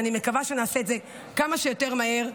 אז אני מקווה שנעשה את זה כמה שיותר מהר.